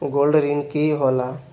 Gold ऋण की होला?